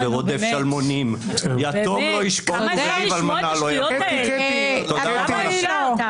ואם אתה שואל אותי, הסיבה שלא הייתה כזאת מוטביציה